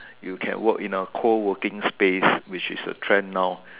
you can work in a cold working space which is a trend now